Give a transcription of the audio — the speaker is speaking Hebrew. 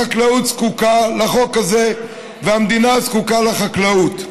החקלאות זקוקה לחוק הזה והמדינה זקוקה לחקלאות.